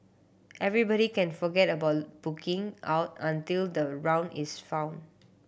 everybody can forget about booking out until the round is found